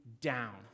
down